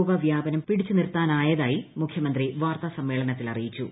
രോഗ വ്യാപനം പിടിച്ചുനിർത്താനായതായി മുഖ്യമന്ത്രി വാർത്താ സമ്മേളനത്തിൽ അറിയിച്ചു